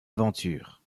aventure